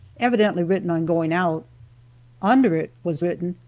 evidently written on going out under it was written,